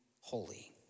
holy